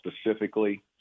specifically